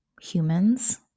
humans